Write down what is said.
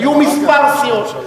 היו כמה סיעות.